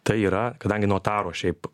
tai yra kadangi notaro šiaip